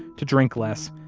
to drink less,